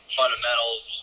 fundamentals